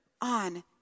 on